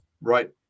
right